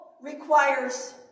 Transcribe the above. requires